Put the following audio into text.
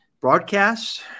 broadcast